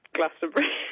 Glastonbury